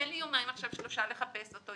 תן לי יומיים עכשיו שלושה לחפש אותו.